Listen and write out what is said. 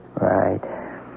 Right